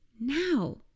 now